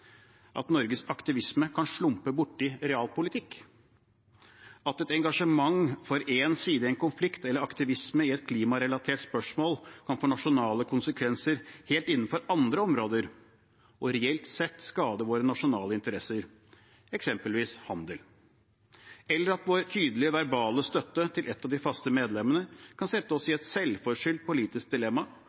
at Norges aktivisme kan slumpe borti realpolitikk, at et engasjement for én side i en konflikt eller aktivisme i et klimarelatert spørsmål kan få nasjonale konsekvenser innenfor helt andre områder og reelt sett skade våre nasjonale interesser, eksempelvis når det gjelder handel, eller at vår tydelige verbale støtte til ett av de faste medlemmene kan sette oss i et selvforskyldt politisk dilemma